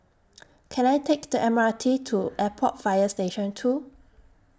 Can I Take The M R T to Airport Fire Station two